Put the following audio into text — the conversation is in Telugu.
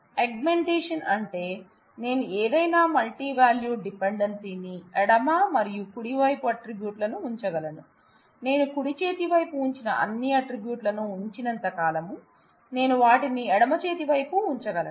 ఆగ్మెంటేషన్ అంటే నేను ఏదైనా మల్టీవాల్యూడ్ డిపెండెన్స్ ని ఎడమ మరియు కుడి వైపు ఆట్రిబ్యూట్ లను ఉంచగలను నేను కుడిచేతివైపు ఉంచిన అన్ని ఆట్రిబ్యూట్ లను ఉంచినంత కాలం నేను వాటిని ఎడమ చేతి వైపు ఉంచగలను